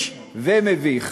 ומביך.